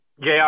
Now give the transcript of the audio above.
JR